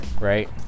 right